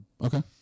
Okay